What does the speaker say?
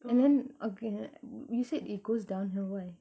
and then okay you said it goes downhill why